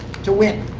to win.